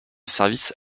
service